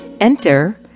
Enter